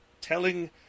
telling